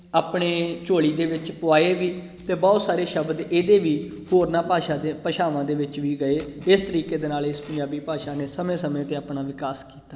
ਆਪਣੇ ਝੋਲੀ ਦੇ ਵਿੱਚ ਪੁਆਏ ਵੀ ਅਤੇ ਬਹੁਤ ਸਾਰੇ ਸ਼ਬਦ ਇਹਦੇ ਵੀ ਹੋਰਨਾਂ ਭਾਸ਼ਾ ਦੇ ਭਾਸ਼ਾਵਾਂ ਦੇ ਵਿੱਚ ਵੀ ਗਏ ਇਸ ਤਰੀਕੇ ਦੇ ਨਾਲ ਇਸ ਪੰਜਾਬੀ ਭਾਸ਼ਾ ਨੇ ਸਮੇਂ ਸਮੇਂ 'ਤੇ ਆਪਣਾ ਵਿਕਾਸ ਕੀਤਾ